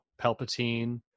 palpatine